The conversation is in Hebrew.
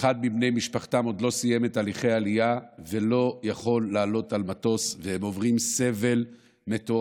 שאחד מבני משפחתם עוד לא סיים את הליכי העלייה ולא יכול לעלות על מטוס,